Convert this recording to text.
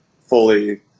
fully